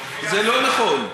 זה לא נכון.